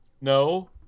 No